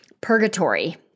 purgatory